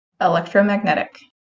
electromagnetic